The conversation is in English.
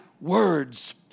words